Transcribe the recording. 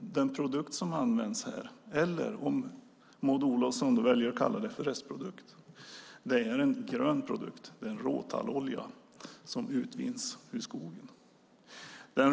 Den produkt som används här - eller restprodukt, som Maud Olofsson väljer att kalla det - är en grön produkt. Det är råtallolja som utvinns ur skogen.